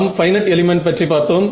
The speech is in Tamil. நாம் பைனட் எலிமெண்ட் பற்றி பார்த்தோம்